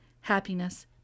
happiness